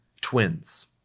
twins